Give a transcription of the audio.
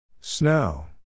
Snow